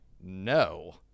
no